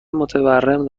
متورم